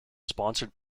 sponsored